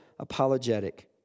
Apologetic